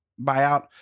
buyout